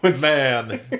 man